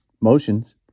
motions